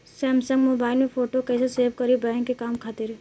Samsung mobile में photo कैसे save करीं बैंक के काम खातिर?